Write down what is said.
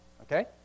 okay